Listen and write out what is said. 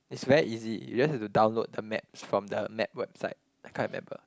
it's very easy you just have to download the maps from the map website I can't remember